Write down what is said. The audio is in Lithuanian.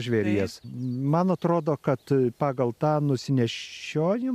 žvėries man atrodo kad pagal tą nusinešiojimą